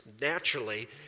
naturally